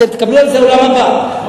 אתם תקבלו על זה עולם הבא.